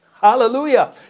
hallelujah